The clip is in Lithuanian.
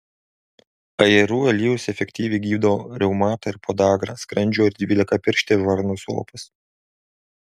ajerų aliejus efektyviai gydo reumatą ir podagrą skrandžio ir dvylikapirštės žarnos opas